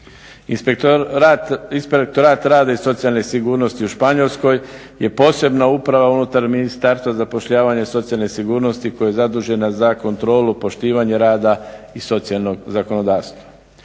Inspektorat rada i socijalne sigurnosti u Španjolskoj je posebna uprava unutar ministarstva za zapošljavanje, socijalne sigurnosti koja je zadužena za kontrolu, poštivanje rada i socijalnog zakonodavstva.